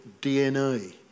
DNA